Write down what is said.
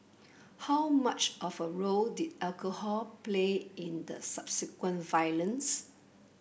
how much of a role did alcohol play in the subsequent violence